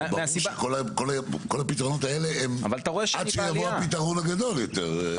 אבל ברור שכל הפתרונות האלה הם עד שיבוא הפתרון הגדול יותר.